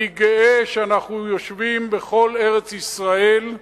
אני גאה שאנחנו יושבים בכל ארץ-ישראל,